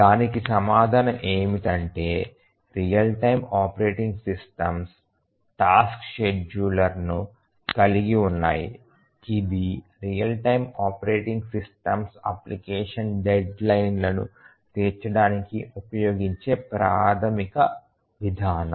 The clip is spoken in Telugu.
దానికి సమాధానం ఏమిటంటే real time operating systems tasks షెడ్యూలర్ను కలిగి ఉన్నాయి ఇది real time operating systems application deadline లను తీర్చడానికి ఉపయోగించే ప్రాథమిక విధానం